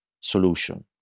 solution